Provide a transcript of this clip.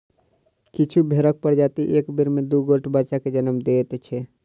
किछु भेंड़क प्रजाति एक बेर मे दू गोट बच्चा के जन्म दैत छै